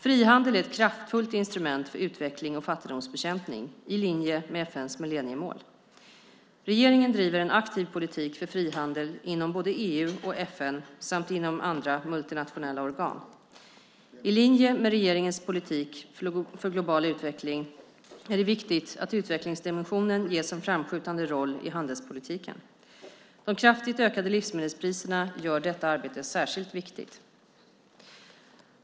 Frihandel är ett kraftfullt instrument för utveckling och fattigdomsbekämpning, i linje med FN:s millenniemål. Regeringen driver en aktiv politik för frihandel inom både EU och FN samt inom andra multinationella organ. I linje med regeringens politik för global utveckling är det viktigt att utvecklingsdimensionen ges en framskjutande roll i handelspolitiken. De kraftigt ökade livsmedelspriserna gör detta arbete särskilt viktigt.